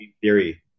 theory